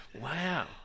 Wow